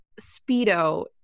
Speedo